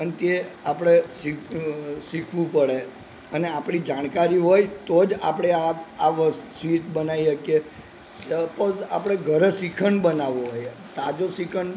કારણ કે આપણે શીખવું પડે અને આપણી જાણકારી હોય તો જ આપણે આ આ સ્વીટ બનાવી શકીએ સપોઝ આપણે ઘરે શ્રીખંડ બનાવવો હોય તાજો શ્રીખંડ